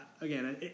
again